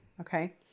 Okay